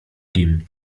kim